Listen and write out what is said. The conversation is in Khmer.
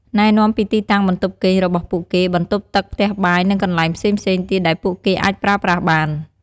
ណែនាំពីទីតាំងបន្ទប់គេងរបស់ពួកគេ បន្ទប់ទឹក ផ្ទះបាយ និងកន្លែងផ្សេងៗទៀតដែលពួកគេអាចប្រើប្រាស់បាន។